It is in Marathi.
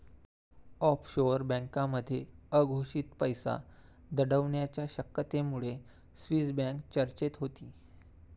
ऑफशोअर बँकांमध्ये अघोषित पैसा दडवण्याच्या शक्यतेमुळे स्विस बँक चर्चेत होती